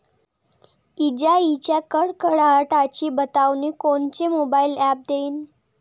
इजाइच्या कडकडाटाची बतावनी कोनचे मोबाईल ॲप देईन?